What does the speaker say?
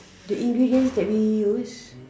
the ingredients that we use